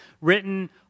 written